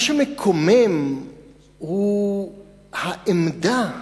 מה שמקומם הוא העמדה,